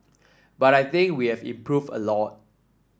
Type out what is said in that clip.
but I think we have improved a lot